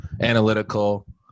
analytical